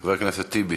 חבר הכנסת טיבי,